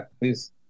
please